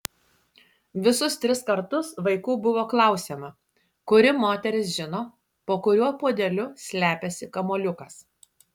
visus tris kartus vaikų buvo klausiama kuri moteris žino po kuriuo puodeliu slepiasi kamuoliukas